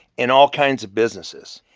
in all kinds of businesses.